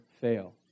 fail